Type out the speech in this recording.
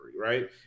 right